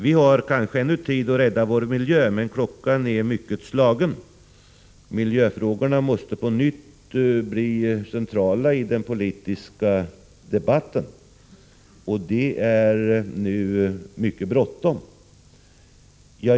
Kanske har vi ännu tid att rädda vår miljö, men klockan är mycket slagen. Miljöfrågorna måste på nytt bli centrala i den politiska debatten. Det är nu mycket bråttom.